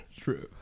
True